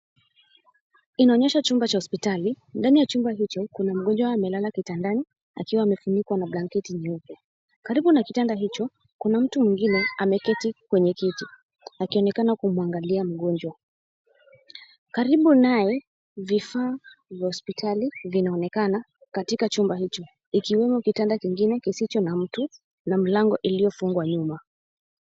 Inaonyesha chumba cha hospitali ndani ya chumba hicho kuna mgonjwa amelala kitandani akiwa amefunikwa na blanketi nyeupe karibu na kitanda hicho kuna mtu mwingine ameketi kwenye kiti akionekana kumwangalia mgonjwa, karibu naye vifaa vya hospitali vinaonekana katika chumba hicho ikiwemo kitanda kingine kisicho na mtu na mlango iliyofungwa nyuma.